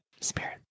spirit